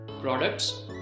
products